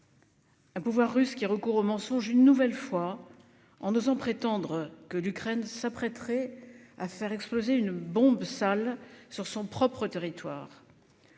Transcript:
Un pouvoir russe, qui recourt au mensonge, une nouvelle fois, en osant affirmer que l'Ukraine s'apprêterait à faire exploser une « bombe sale » sur son propre territoire.